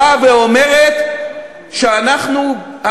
שבאה ואומרת שאנחנו,